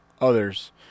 others